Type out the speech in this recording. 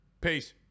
peace